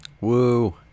Woo